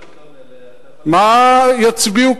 יכול להסביר,